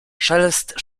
szelest